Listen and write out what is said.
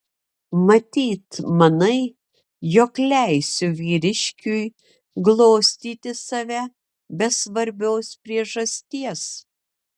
matyt manai jog leisiu vyriškiui glostyti save be svarbios priežasties